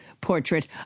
portrait